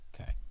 Okay